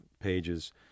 pages